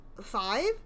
five